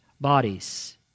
bodies